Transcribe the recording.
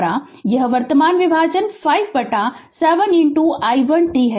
क्या वर्तमान विभाजन 5 बटा 7 i 1t है